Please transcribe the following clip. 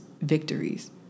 victories